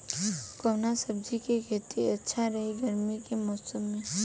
कवना सब्जी के खेती अच्छा रही गर्मी के मौसम में?